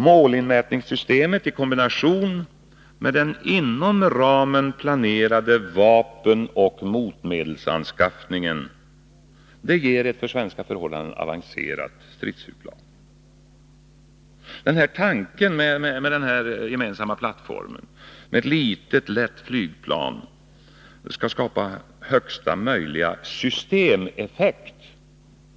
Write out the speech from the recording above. Målinmätningssystemet i kombination med den inom ramen planerade vapenoch motmedelsanskaffningen ger ett för svenska förhållanden avancerat stridsflygplan. Tanken med den gemensamma plattformen med ett litet, lätt flygplan är att skapa högsta möjliga systemeffekt.